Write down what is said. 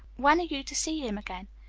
when are you to see him again?